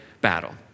battle